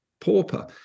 pauper